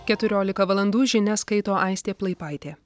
keturiolika valandų žinias skaito aistė plaipaitė